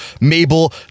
Mabel